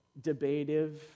debative